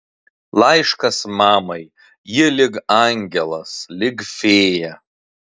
laiškas mamai ji lyg angelas lyg fėja